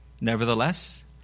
Nevertheless